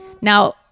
now